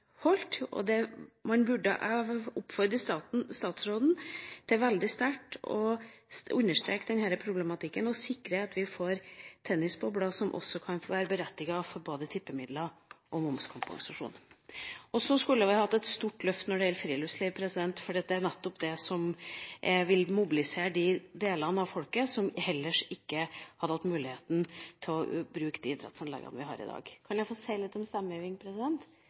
Jeg oppfordrer statsråden veldig sterkt til å understreke denne problematikken og sikre at vi får tennisbobler som også kan få være berettiget til både tippemidler og momskompensasjon. Så skulle vi hatt et stort løft når det gjelder friluftsliv, for det er nettopp det som vil mobilisere de delene av folket som ellers ikke hadde hatt muligheten til å bruke de idrettsanleggene vi har i dag. Kan jeg få si litt om